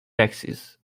taxes